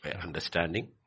Understanding